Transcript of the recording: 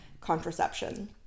contraception